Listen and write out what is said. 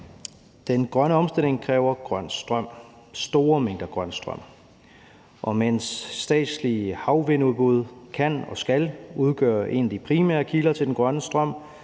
Den grønne omstilling kræver grøn strøm, store mængder grøn strøm. Og mens statslige havvindmølleudbud kan og skal udgøre en af de primære kilder til den grønne strøm,